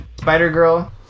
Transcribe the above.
Spider-Girl